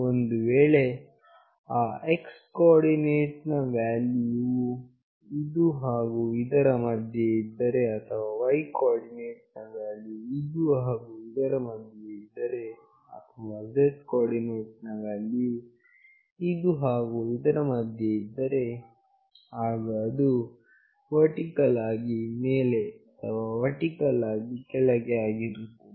ಒಂದು ವೇಳೆ ಆ x ಕೋ ಆರ್ಡಿನೇಟ್ ನ ವ್ಯಾಲ್ಯೂವು ಇದು ಹಾಗು ಇದರ ಮಧ್ಯೆ ಇದ್ದರೆ ಅಥವಾ y ಕೋ ಆರ್ಡಿನೇಟ್ ನ ವ್ಯಾಲ್ಯೂವು ಇದು ಹಾಗು ಇದರ ಮಧ್ಯೆ ಇದ್ದರೆ ಅಥವಾ z ಕೋ ಆರ್ಡಿನೇಟ್ ನ ವ್ಯಾಲ್ಯೂವು ಇದು ಹಾಗು ಇದರ ಮಧ್ಯೆ ಇದ್ದರೆ ಆಗ ಅದು ವರ್ಟಿಕಲ್ ಆಗಿ ಮೇಲೆ ಅಥವಾ ವರ್ಟಿಕಲ್ ಆಗಿ ಕೆಳಗೆ ಆಗಿರುತ್ತದೆ